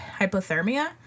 hypothermia